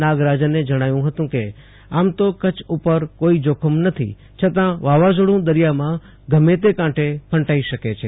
નાગરાજને જણાવ્યું હતું કે આમ તો કચ્છ ઉપર કોઈ જોખમ નથી છતાં વાવાઝોડું દરિયામાં ગમે તે કાંટે ફંટાઈ શકે છે